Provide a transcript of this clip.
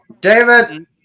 David